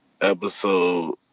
episode